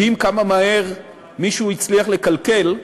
מדהים כמה מהר מישהו הצליח לקלקל,